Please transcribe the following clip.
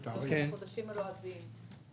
על פי החודשים הלועזיים.